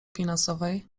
finansowej